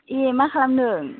ए मा खालामदों